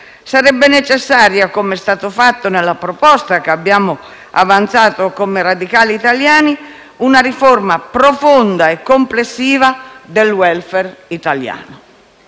sarebbe necessaria - come è stato fatto nella proposta che abbiamo avanzato come Radicali italiani - una riforma profonda e complessiva del *welfare* italiano.